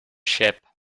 ship